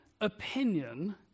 opinion